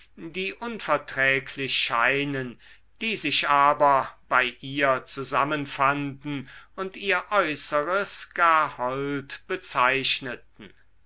die unverträglich scheinen die sich aber bei ihr zusammenfanden und ihr äußeres gar hold bezeichneten